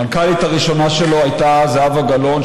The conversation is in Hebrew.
המנכ"לית הראשונה שלו הייתה זהבה גלאון,